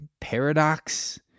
paradox